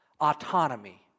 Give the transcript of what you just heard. autonomy